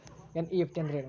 NEFT ಅಂದ್ರೆನು?